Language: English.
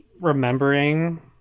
remembering